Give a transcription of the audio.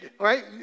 right